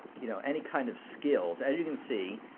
you know any kind of skills. as you can see,